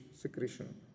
secretion